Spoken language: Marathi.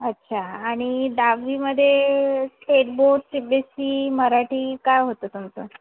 अच्छा आणि दहावीमध्ये state board C B S C Marathi काय होतं तुमचं